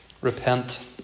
Repent